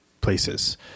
places